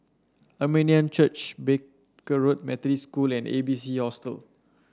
Armenian Church Barker Road Methodist School and A B C Hostel